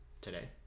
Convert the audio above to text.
Today